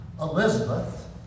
Elizabeth